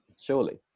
surely